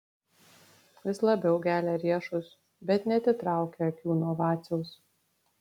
vis labiau gelia riešus bet neatitraukia akių nuo vaciaus